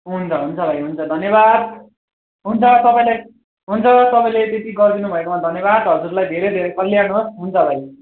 हुन्छ हुन्छ भाइ हुन्छ धन्यवाद हुन्छ तपाईँलाई हुन्छ तपाईँले त्यति गरिदिनु भएकोमा धन्यवाद हजुरलाई धेरै धेरै कल्याण होस् हुन्छ भाइ